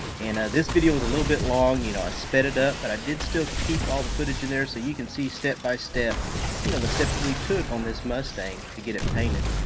and this video was a little bit long. you know i sped it up, but i did still keep all the footage in there so you can see step-by-step you know the steps we took on this mustang to get it painted.